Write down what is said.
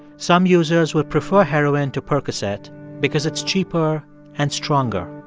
some users would prefer heroin to percocet because it's cheaper and stronger.